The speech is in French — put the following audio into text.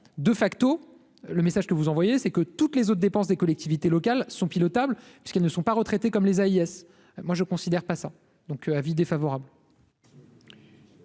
de facto le message que vous envoyez, c'est que toutes les autres dépenses des collectivités locales, sont pilotable puisqu'elles ne sont pas retraités comme les AIS, moi je considère pas ça, donc avis défavorable.